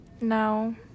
No